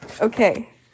Okay